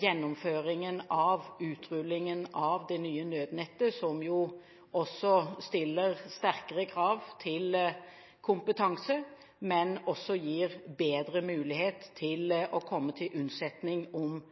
gjennomføringen av utrullingen av det nye nødnettet, som stiller sterkere krav til kompetanse, men som også gir bedre mulighet til å komme folk til unnsetning om